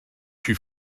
she